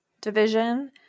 division